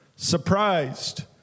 Surprised